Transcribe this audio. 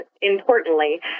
importantly